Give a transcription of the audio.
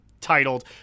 titled